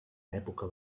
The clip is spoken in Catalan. època